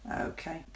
Okay